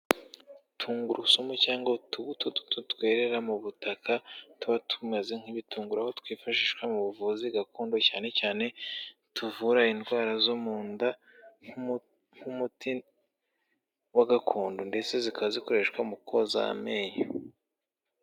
Tungurusumu cyangwa utubuto duto twerera mu butaka, tuba tumaze nk'ibitungu aho twifashishwa mu buvuzi gakondo, cyanecyane cyane tuvura indwara zo mu nda, nk'umuti wa gakondo, ndetse zikaba zikoreshwa mu koza amenyo.